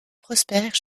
prospère